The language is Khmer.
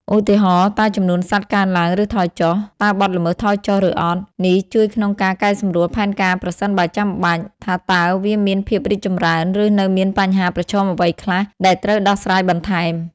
ឧទាហរណ៍ តើចំនួនសត្វកើនឡើង ឬថយចុះ? តើបទល្មើសថយចុះឬអត់? នេះជួយក្នុងការកែសម្រួលផែនការប្រសិនបើចាំបាច់ ថាតើវាមានភាពរីកចម្រើន ឬនៅមានបញ្ហាប្រឈមអ្វីខ្លះ ដែលត្រូវដោះស្រាយបន្ថែម។